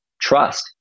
trust